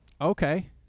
Okay